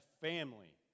family